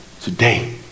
today